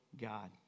God